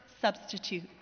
substitute